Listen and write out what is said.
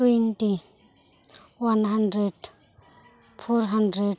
twenty one hundred four hundred